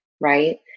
right